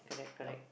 correct correct